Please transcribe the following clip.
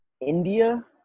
India